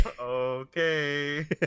Okay